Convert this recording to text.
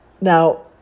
now